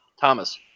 Thomas